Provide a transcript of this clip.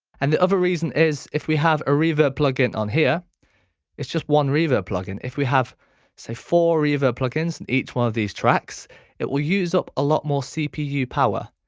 and the other reason is if we have a reverb plug in on here it's just one reverb plug in. if we have say four reverb plugins in each one of these tracks it will use up a lot more cpu power.